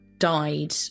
died